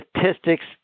statistics